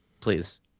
please